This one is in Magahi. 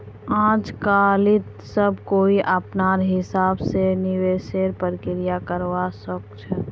आजकालित सब कोई अपनार हिसाब स निवेशेर प्रक्रिया करवा सख छ